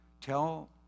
tell